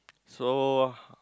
so